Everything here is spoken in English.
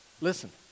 Listen